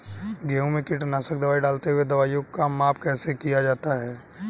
गेहूँ में कीटनाशक दवाई डालते हुऐ दवाईयों का माप कैसे लिया जाता है?